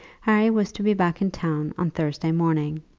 harry was to be back in town on thursday morning.